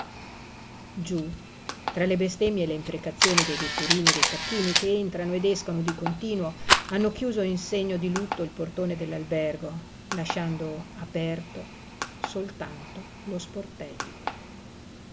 giú tra le bestemmie e le imprecazioni dei vetturini e dei facchini che entrano ed escono di continuo hanno chiuso in segno di lutto il portone dell'albergo lasciando aperto soltanto lo sportello